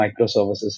microservices